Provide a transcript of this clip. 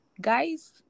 guys